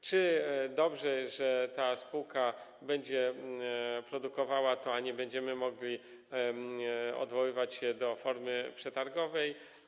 Czy to dobrze, że ta spółka będzie to produkowała, a nie będziemy mogli odwoływać się do formy przetargowej?